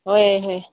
ꯍꯣꯏ ꯍꯣꯏ